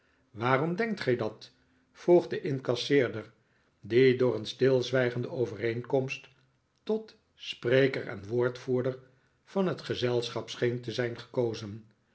waarom denkt gij dat vroeg de incasseerder die door een stilzwijgende overeenkomst tot spreker en woordvoerder van het gezelschap scheen te zijn gekozen